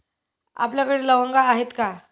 आपल्याकडे लवंगा आहेत का?